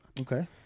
Okay